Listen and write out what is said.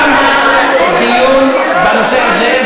תם הדיון בנושא הזה.